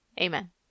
Amen